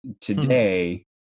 today